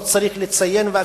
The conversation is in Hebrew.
לא צריך לציין את זה,